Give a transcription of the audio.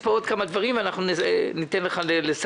יש פה עוד כמה דברים ואנחנו ניתן לך לסכם.